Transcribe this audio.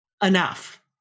Enough